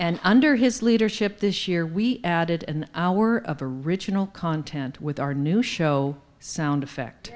and under his leadership this year we added an hour of the ritual content with our new show sound effect